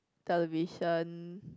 television